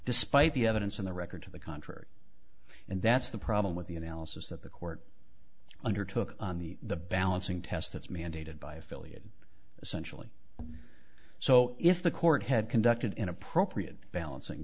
despite the evidence in the record to the contrary and that's the problem with the analysis that the court under took on the the balancing test that's mandated by affiliate essentially so if the court had conducted an appropriate balancing